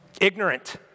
Ignorant